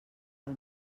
del